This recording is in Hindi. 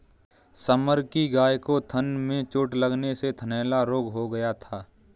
समर की गाय को थन में चोट लगने से थनैला रोग हो गया था